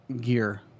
gear